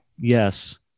Yes